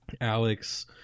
Alex